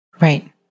Right